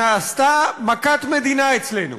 נעשתה מכת מדינה אצלנו.